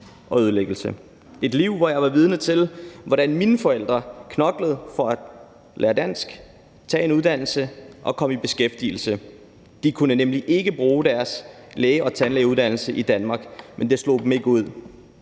og ødelæggelse – et liv, hvor jeg har været vidne til, hvordan mine forældre har knoklet for at lære dansk, tage en uddannelse og komme i beskæftigelse. De kunne nemlig ikke bruge deres læge- og tandlægeuddannelser i Danmark, men det slog dem ikke ud.